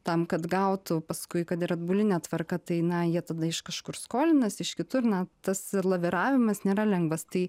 tam kad gautų paskui kad ir atbuline tvarka tai na jie tada iš kažkur skolinasi iš kitur na tas laviravimas nėra lengvas tai